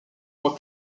mois